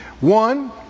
One